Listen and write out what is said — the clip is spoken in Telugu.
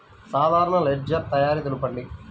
సాధారణ లెడ్జెర్ తయారి తెలుపండి?